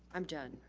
i'm done.